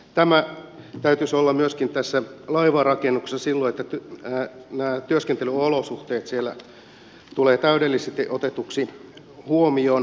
tämä täytyisi olla myöskin tässä laivanrakennuksessa silloin että nämä työskentelyolosuhteet siellä tulevat täydellisesti otetuiksi huomioon